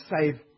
save